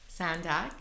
Sandak